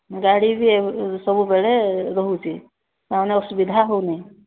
ଗାଡ଼ିରେ ସବୁବେଳେ ରହୁଛି ତାମାନେ ଅସୁବିଧା ହେଉନି